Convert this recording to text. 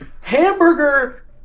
hamburger